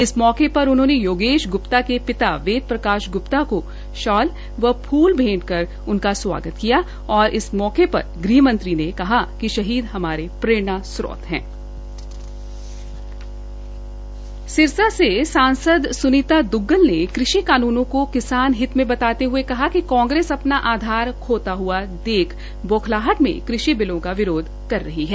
इस मौके पर उन्होंने योगेश ग्प्ता के पिता वेद प्रकाश ग्र्प्ता को शॉल व फूल भेंटकर उनका स्वागत किया गृह मंत्री ने कहा कि शहीद हमारे प्रेरणा स्त्रोत हैं सिरसा से सांसद सुनीता दुग्गल ने कृषि कानूनों को किसान हित में बताते हये कहा है कि कांग्रेस अपना आधार खोता हआ देख बौखलाहट में कृषि बिलों का विरोध कर रही है